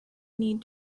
need